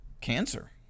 cancer